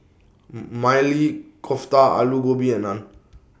Maili Kofta Alu Gobi and Naan